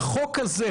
החוק הזה,